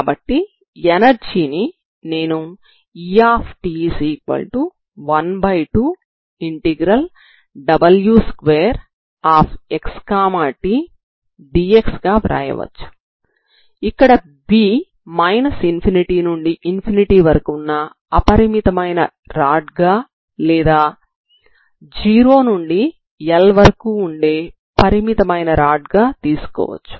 కాబట్టి ఎనర్జీని నేను E12w2xt⏟dxBగా వ్రాయవచ్చు ఇక్కడ B ∞ నుండి ∞ వరకు వున్న అపరిమితమైన రాడ్ గా లేదా 0 నుండి L వరకు ఉండే పరిమిత రాడ్ గా తీసుకోవచ్చు